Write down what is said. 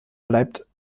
bleibt